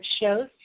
shows